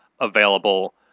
available